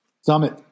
Summit